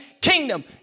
kingdom